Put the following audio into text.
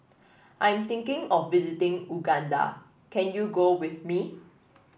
I am thinking of visiting Uganda can you go with me